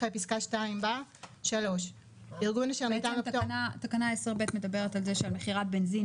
אחרי פסקה (2) בא: בעצם תקנה 10(ב) מדברת על זה שעל מכירת בנזין,